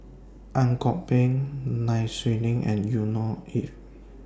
Ang Kok Peng Nai Swee Leng and Yusnor Ef